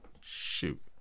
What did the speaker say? Shoot